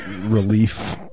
relief